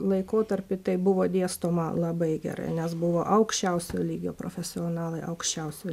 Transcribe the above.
laikotarpy tai buvo dėstoma labai gerai nes buvo aukščiausio lygio profesionalai aukščiausio